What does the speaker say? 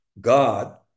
God